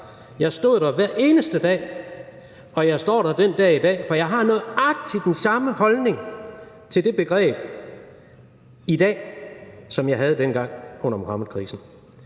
Jeg stod der hver eneste dag, og jeg står der den dag i dag, for jeg har nøjagtig den samme holdning til det begreb i dag, som jeg havde dengang under Muhammedkrisen,